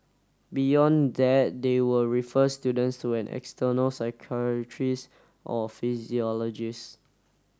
beyond that they will refer students to an external psychiatrist or physiologist